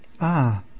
Ah